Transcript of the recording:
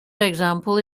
example